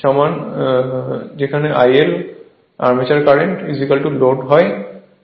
সমান IL armature current load হয়